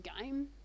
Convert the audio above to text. game